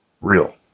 real